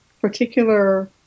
particular